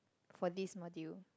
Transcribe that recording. for this module